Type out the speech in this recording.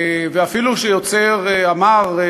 ואפילו שיוצר אמר,